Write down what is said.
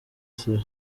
siwe